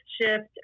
shift